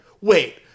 Wait